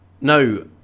No